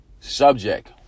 subject